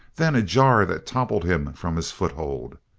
then a jar that toppled him from his foothold.